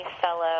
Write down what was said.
fellow